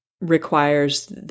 requires